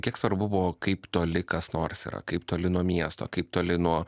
kiek svarbu buvo kaip toli kas nors yra kaip toli nuo miesto kaip toli nuo